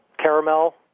caramel